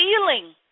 feeling